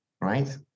right